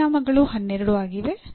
ಪರಿಣಾಮಗಳು 12 ಆಗಿವೆ